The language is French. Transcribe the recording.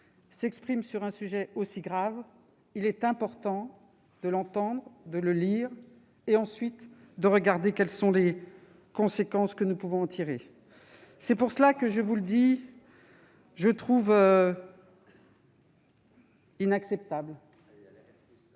s'exprime sur un sujet aussi grave, il est important de l'entendre, de le lire et de nous demander quelles conséquences nous pouvons en tirer. Dès lors, je vous le dis, je trouve inacceptable